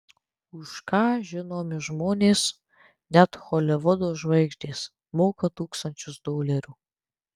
už ką žinomi žmonės net holivudo žvaigždės moka tūkstančius dolerių